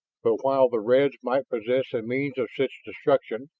but while the reds might possess a means of such destruction,